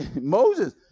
Moses